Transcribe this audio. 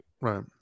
right